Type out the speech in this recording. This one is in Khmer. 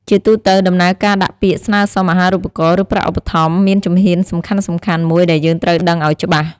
ជាទូទៅ ដំណើរការដាក់ពាក្យស្នើសុំអាហារូបករណ៍ ឬប្រាក់ឧបត្ថម្ភមានជំហានសំខាន់ៗមួយដែលយើងត្រូវដឹងអោយច្បាស់។